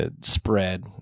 spread